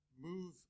move